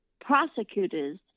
prosecutors